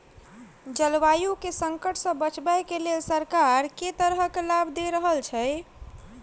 जलवायु केँ संकट सऽ बचाबै केँ लेल सरकार केँ तरहक लाभ दऽ रहल छै?